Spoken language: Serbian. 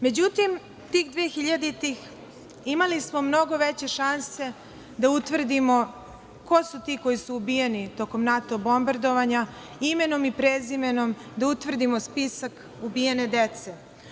Međutim, tih dvehiljaditih imali smo mnogo veće šanse da utvrdimo ko su ti koji su ubijeni tokom NATO bombardovanja, imenom i prezimenom da utvrdimo spisak ubijene dece.